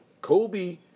Kobe